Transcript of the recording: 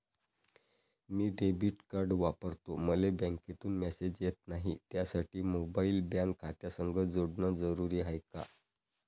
मी debit card वापरतो मले बँकेतून मॅसेज येत नाही, त्यासाठी मोबाईल बँक खात्यासंग जोडनं जरुरी हाय का?